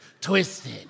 Twisted